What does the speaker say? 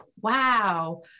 wow